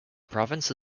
province